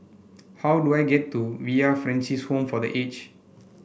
how do I get to Villa Francis Home for The Aged